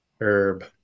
Herb